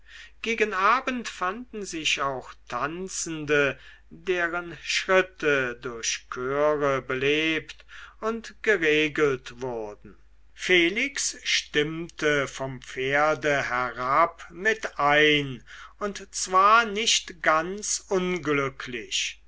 gegen abend fanden sich auch tanzende deren schritte durch chöre belebt und geregelt wurden felix stimmte vom pferde herab mit ein und zwar nicht ganz unglücklich